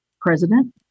president